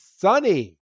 sunny